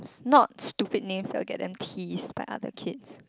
not stupid names that will get them teased by other kids